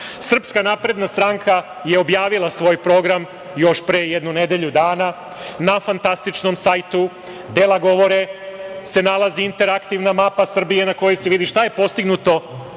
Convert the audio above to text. protiv. Sa druge strane, SNS je objavila svoj program još pre jedno nedelju dana, na fantastičnom sajtu, dela govore, se nalazi interaktivna mapa Srbije na kojoj se vidi šta je postignuto